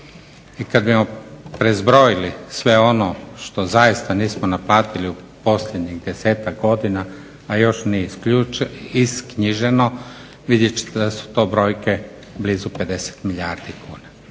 I kad bi pribrojili sve ono što zaista nismo naplatili u posljednjih 10-tak godina, a još nije isknjiženo vidjet ćete da su to brojke blizu 50 milijardi kuna.